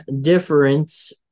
difference